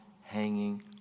hanging